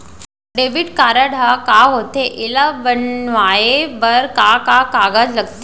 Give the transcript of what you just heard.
Debit card ह का होथे एला बनवाए बर का का कागज लगथे?